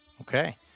Okay